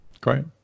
Great